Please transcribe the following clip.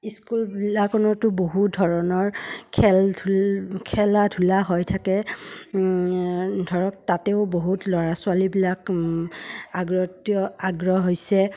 স্কুলবিলাকনতো বহু ধৰণৰ খেল ধূল খেলা ধূলা হৈ থাকে ধৰক তাতেও বহুত ল'ৰা ছোৱালীবিলাক আগ্ৰতীয় আগ্ৰহ হৈছে